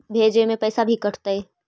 भेजे में पैसा भी कटतै?